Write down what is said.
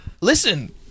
listen